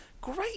Great